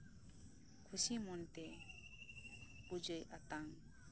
ᱠᱷᱩᱥᱤ ᱢᱚᱱᱮᱛᱮ ᱯᱩᱡᱟᱹᱭ ᱟᱛᱟᱝ